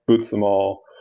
boots them all,